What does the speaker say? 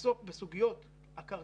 לעסוק בסוגיות הקרקעיות,